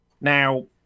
Now